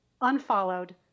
unfollowed